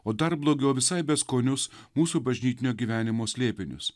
o dar blogiau visai beskonius mūsų bažnytinio gyvenimo slėpinius